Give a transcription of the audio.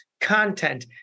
content